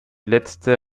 letzte